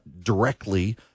directly